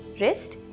wrist